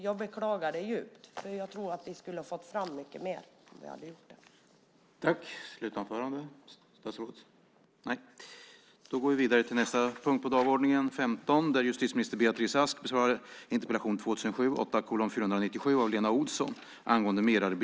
Jag beklagar det djupt, för jag tror att man skulle ha fått fram mycket mer om man hade gjort det.